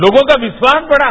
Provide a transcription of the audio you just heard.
लोगों का विश्वास बढ़ा